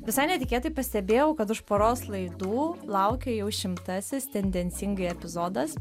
visai netikėtai pastebėjau kad už poros laidų laukia jau šimtasis tendencingai epizodas